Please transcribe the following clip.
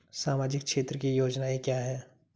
सामाजिक क्षेत्र की योजनाएं क्या हैं?